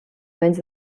menys